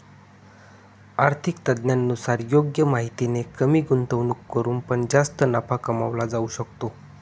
आर्थिक तज्ञांनुसार योग्य माहितीने कमी गुंतवणूक करून पण जास्त नफा कमवला जाऊ शकतो